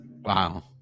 Wow